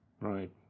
Right